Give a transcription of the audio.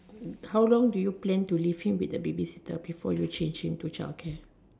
how long do you plan to leave him with the baby sitter before you change him to child care